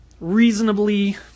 reasonably